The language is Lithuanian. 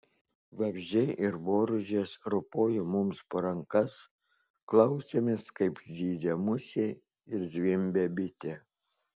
vabzdžiai ir boružės ropojo mums po rankas klausėmės kaip zyzia musė ir zvimbia bitė